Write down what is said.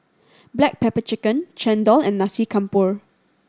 black pepper chicken chendol and Nasi Campur